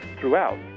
throughout